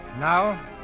Now